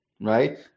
right